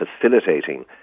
facilitating